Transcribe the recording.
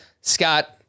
Scott